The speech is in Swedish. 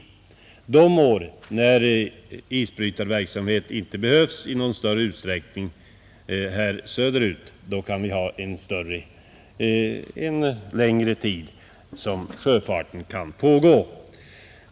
De år när isbrytarverksamhet inte behövs i någon större utsträckning söderut kan sjöfarten pågå en längre tid i norr.